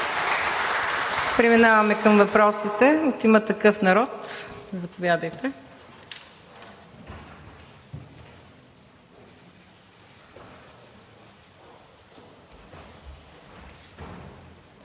Преминаваме към въпросите. От „Има такъв народ“ – заповядайте.